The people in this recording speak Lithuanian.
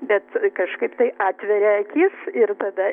bet kažkaip tai atveria akis ir tada